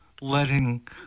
letting